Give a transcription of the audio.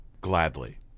Gladly